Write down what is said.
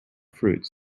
fruits